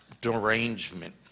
derangement